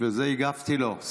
לכן הגבתי לו.